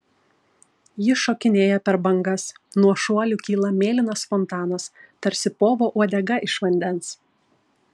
ji šokinėja per bangas nuo šuolių kyla mėlynas fontanas tarsi povo uodega iš vandens